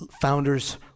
founders